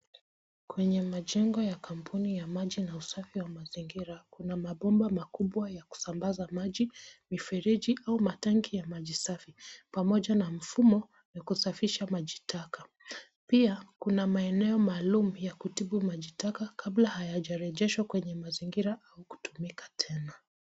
Kwenye majengo ya kampuni ya maji na usafi wa mazingira, kuna mabomba makubwa ya kusambaza maji ,miferiji au matangi ya maji safi, pamoja na mfumo ya kusafisha majitaka. Pia, kuna maeneo maalum ya kutibu majitaka kabla hayajarejeshwa kwenye mazingira au kutumika tena.